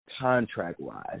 contract-wise